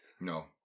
No